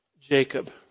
Jacob